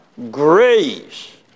Grace